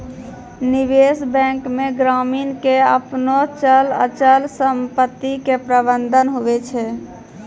निबेश बेंक मे ग्रामीण के आपनो चल अचल समपत्ती के प्रबंधन हुवै छै